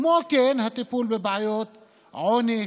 וכן הטיפול בבעיות עוני,